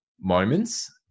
moments